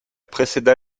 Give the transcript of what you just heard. précéda